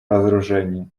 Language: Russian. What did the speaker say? разоружении